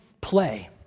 play